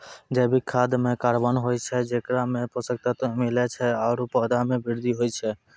जैविक खाद म कार्बन होय छै जेकरा सें पोषक तत्व मिलै छै आरु पौधा म वृद्धि होय छै